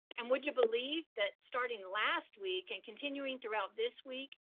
and would you believe that starting last week and continuing throughout this week,